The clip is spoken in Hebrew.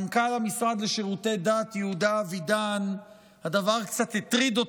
את מנכ"ל המשרד לשירותי דת יהודה אבידן הדבר קצת הטריד,